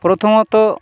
প্রথমত